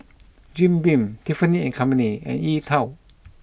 Jim Beam Tiffany and Co and E Twow